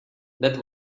that